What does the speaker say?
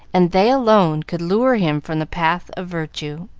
and they alone could lure him from the path of virtue.